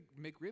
McRib